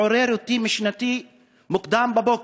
מעורר אותי משנתי מוקדם בבוקר.